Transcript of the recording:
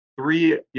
three